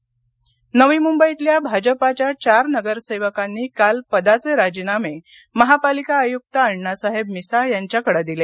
भाजपा नवी मंबई नवी मुंबईतल्या भाजपाच्या चार नगरसेवकांनी काल पदाचे राजीनामे महापालिका आय्रक्त अण्णासाहेब मिसाळ यांच्याकडे दिले